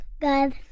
Good